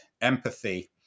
empathy